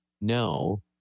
No